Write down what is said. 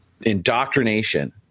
indoctrination